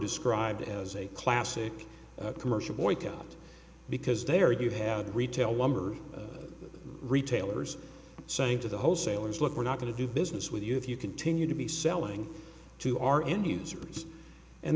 described as a classic commercial boycott because there you have retail lumber retailers saying to the wholesalers look we're not going to do business with you if you continue to be selling to our end users and